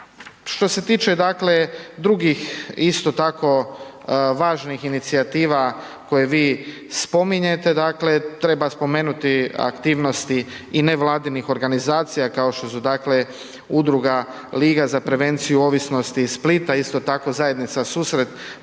Što se tiče, dakle, drugih isto tako važnih inicijativa koje vi spominjete, dakle, treba spomenuti aktivnosti i nevladinih organizacija, kao što su, dakle, udruga Liga za prevenciju ovisnosti iz Splita, isto tako zajednica Susret,